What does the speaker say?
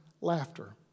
laughter